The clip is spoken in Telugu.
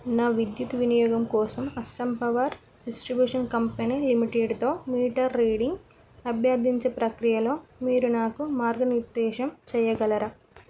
నా విద్యుత్ వినియోగం కోసం అస్సాం పవర్ డిస్ట్రిబ్యూషన్ కంపెనీ లిమిటెడ్తో మీటర్ రీడింగ్ అభ్యర్థించే ప్రక్రియలో మీరు నాకు మార్గనిర్దేశం చెయ్యగలరా